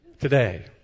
today